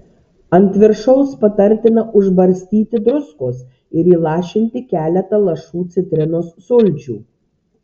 ant viršaus patartina užbarstyti druskos ir įlašinti keletą lašų citrinos sulčių